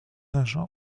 agents